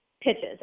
pitches